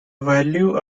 value